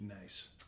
Nice